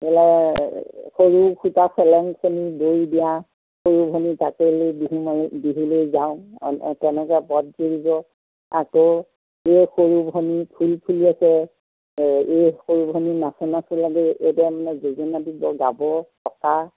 বোলে সৰু সূতা চেলেঙখনি বৈ দিয়া সৰু ভনী তাকেই লৈ বিহু মাৰি বিহু লৈ যাওঁ তেনেকৈ পদ জুৰিব আকৌ এই সৰু ভনী ফুল ফুলি আছে এই সৰু ভনী নাচোঁ নাচোঁ লাগে এইদৰে মানে যোজনা দিব গাব পেঁপা